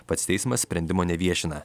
pats teismas sprendimo neviešina